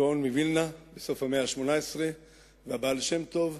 הגאון מווילנה בסוף המאה ה-18 והבעל שם טוב,